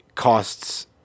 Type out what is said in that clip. costs